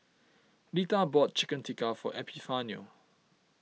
Letha bought Chicken Tikka for Epifanio